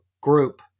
group